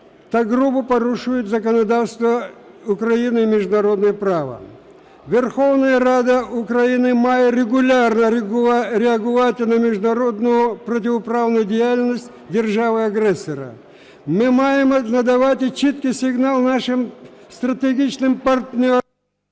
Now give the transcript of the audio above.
та грубо порушують законодавство України і міжнародне право. Верховна Рада України має регулярно реагувати на міжнародну протиправну діяльність держави-агресора. Ми маємо надавати чіткий сигнал нашим стратегічним партнерам…